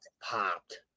popped